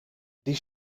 die